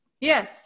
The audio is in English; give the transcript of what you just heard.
Yes